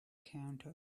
counter